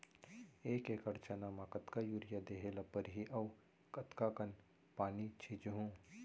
एक एकड़ चना म कतका यूरिया देहे ल परहि अऊ कतका कन पानी छींचहुं?